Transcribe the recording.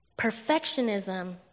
Perfectionism